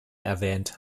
erwähnt